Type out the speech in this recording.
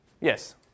yes